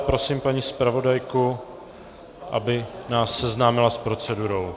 Prosím paní zpravodajku, aby nás seznámila s procedurou.